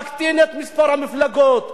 להקטין את מספר המפלגות,